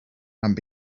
and